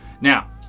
Now